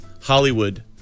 Hollywood